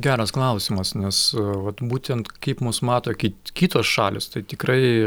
geras klausimas nes vat būtent kaip mus mato ki kitos šalys tai tikrai